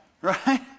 right